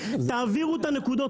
תעבירו את הנקודות",